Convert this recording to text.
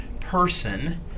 person